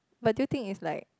but do you think it's like